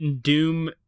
doom